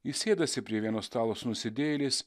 jis sėdasi prie vieno stalo su nusidėjėliais